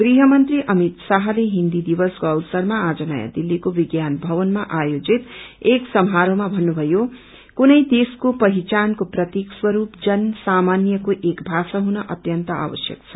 गृहमन्त्री अमित शाहले हिन्दी दिवसको अवसरमा आज नयाँ दिल्लीको विज्ञान भवनमा आयोजित एक समारोहमा भन्नुभयो कुनै देशको पहिचानको प्रतीक स्वरूप जन सामान्यको एक भाषा हुन अत्यन्त आवश्यक छ